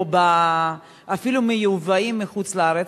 או אפילו מיובאים מחוץ-לארץ,